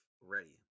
ready